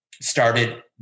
started